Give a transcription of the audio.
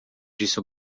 disse